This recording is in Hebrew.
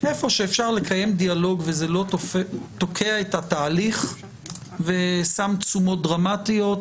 איפה שאפשר לקיים דיאלוג וזה לא תוקע את התהליך ושם תשומות דרמטיות,